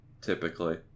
typically